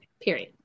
Period